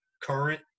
current